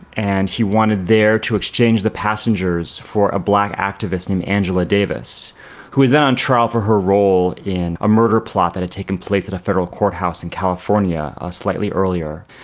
and he wanted there to exchange the passengers for a black activist named angela davis who was then on trial for her role in a murder plot that had taken place at a federal courthouse in california slightly earlier.